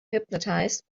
hypnotized